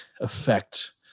affect